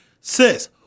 Sis